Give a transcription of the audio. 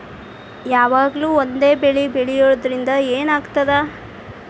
ಯಾವಾಗ್ಲೂ ಒಂದೇ ಬೆಳಿ ಬೆಳೆಯುವುದರಿಂದ ಏನ್ ಆಗ್ತದ?